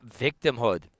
victimhood